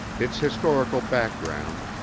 its historical background,